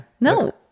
No